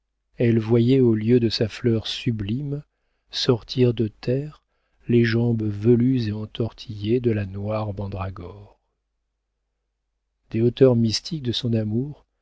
elle voyait au lieu de sa fleur sublime sortir de terre les jambes velues et entortillées de la noire mandragore des hauteurs mystiques de son amour